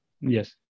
Yes